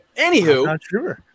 anywho